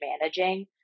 managing